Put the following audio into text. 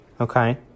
Okay